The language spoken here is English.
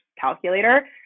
calculator